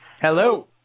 Hello